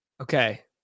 Okay